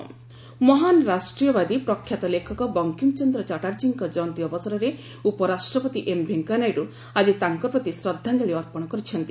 VP Bankim ମହାନ ରାଷ୍ଟ୍ରୀୟବାଦୀ ପ୍ରଖ୍ୟାତ ଲେଖକ ବଙ୍କିମ୍ ଚନ୍ଦ୍ର ଚାଟ୍ଟାର୍ଜୀଙ୍କ ଜୟନ୍ତୀ ଅବସରରେ ଉପରାଷ୍ଟ୍ରପତି ଏମ୍ ଭେଙ୍କିୟା ନାଇଡ଼ ଆଜି ତାଙ୍କପ୍ରତି ଶ୍ରଦ୍ଧାଞ୍ଜଳି ଅର୍ପଣ କରିଛନ୍ତି